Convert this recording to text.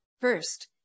First